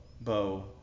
bo